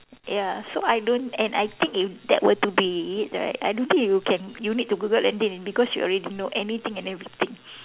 ya so I don't and I think if that were to be it right I don't think you can you need to Google anything because you already know anything and everything